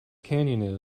canyon